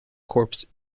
corps